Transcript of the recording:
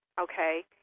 Okay